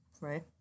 right